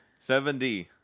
70